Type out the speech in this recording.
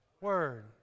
Word